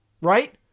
Right